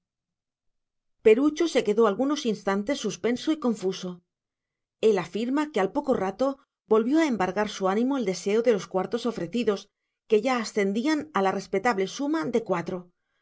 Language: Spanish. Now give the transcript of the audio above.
perucho se quedó algunos instantes suspenso y confuso él afirma que al poco rato volvió a embargar su ánimo el deseo de los cuartos ofrecidos que ya ascendían a la respetable suma de cuatro